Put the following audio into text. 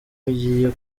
igiye